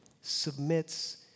submits